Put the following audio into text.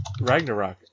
Ragnarok